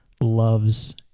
loves